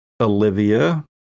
Olivia